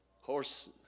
Horse